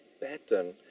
pattern